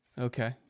Okay